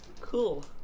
Cool